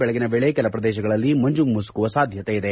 ಬೆಳಗಿನ ವೇಳೆ ಕೆಲ ಪ್ರದೇಶಗಳಲ್ಲಿ ಮಂಜು ಮುಸುಕುವ ಸಾಧ್ಯತೆ ಇದೆ